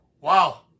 Wow